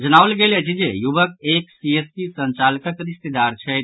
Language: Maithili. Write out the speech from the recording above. जनाओल गेल अछि जे युवक एक सीएसपी संचालकक रिश्तेदार छथि